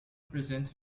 represent